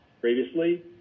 previously